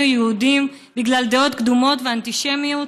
יהודים בגלל דעות קדומות ואנטישמיות,